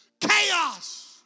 chaos